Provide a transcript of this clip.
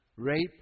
rape